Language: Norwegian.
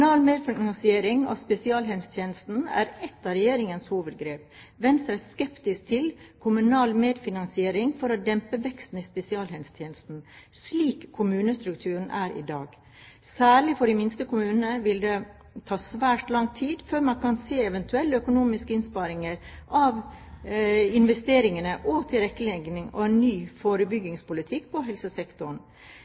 Kommunal medfinansiering av spesialisthelsetjenesten er ett av Regjeringens hovedgrep. Venstre er skeptisk til kommunal medfinansiering for å dempe veksten i spesialisthelsetjenesten, slik kommunestrukturen er i dag. Særlig for de minste kommunene vil det ta svært lang tid før man kan se eventuelle økonomiske innsparinger av investeringer og tilrettelegging av en ny